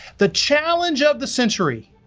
the challenge of the century,